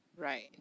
Right